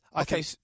Okay